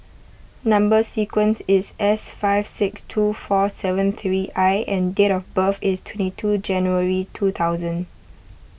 Number Sequence is S nine five six two four seven three I and date of birth is twenty two January two thousand